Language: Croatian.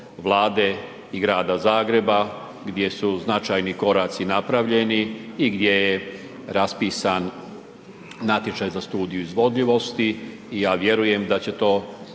i Grada Zagreba gdje su značajni koraci napravljeni i gdje je raspisan natječaj za studiju izvodljivosti i ja vjerujem da će to